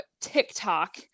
TikTok